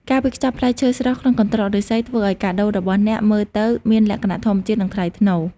ការវេចខ្ចប់ផ្លែឈើស្រស់ក្នុងកន្ត្រកឫស្សី ធ្វើឱ្យកាដូរបស់អ្នកមើលទៅមានលក្ខណៈធម្មជាតិ និងថ្លៃថ្នូរ។